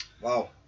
Wow